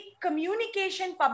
communication